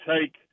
take